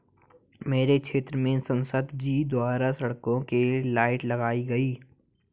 हमारे क्षेत्र में संसद जी द्वारा सड़कों के लाइट लगाई गई